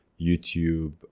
youtube